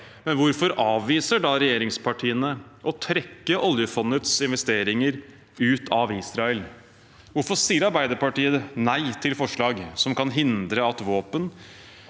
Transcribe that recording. men hvorfor avviser da regjeringspartiene å trekke oljefondets investeringer ut av Israel? Hvorfor sier Arbeiderpartiet nei til forslag som kan hindre at våpen